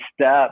step